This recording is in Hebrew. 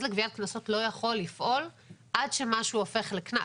לגביית קנסות לא יכול לפעול עד שמשהו הופך לקנס.